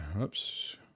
Oops